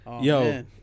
Yo